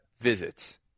visits